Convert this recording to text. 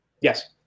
Yes